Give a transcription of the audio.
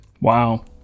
Wow